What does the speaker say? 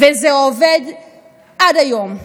וזה עובד עד היום.